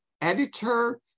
editor